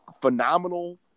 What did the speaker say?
phenomenal